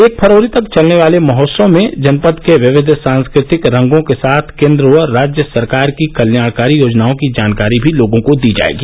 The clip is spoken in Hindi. एक फरवरी तक चलने वाले महोत्सव में जनपद के विविध सांस्कृतिक रंगों के साथ केंद्र व राज्य सरकार की कल्याणकारी योजनाओं की जानकारी भी लोगों को दी जाएगी